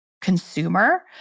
consumer